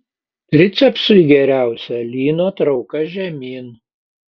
tricepsui geriausia lyno trauka žemyn